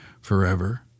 forever